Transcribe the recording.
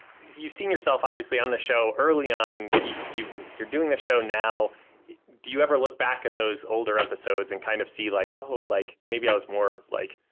you've seen yourself obviously on the show early on you've you're doing the show now do you ever look back at those older episodes and kind of see like? oh like maybe i was more like